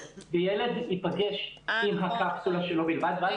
וילד ייפגש עם הקפסולה שלו בלבד ואז